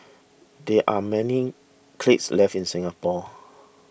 there are many kilns left in Singapore